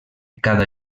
cada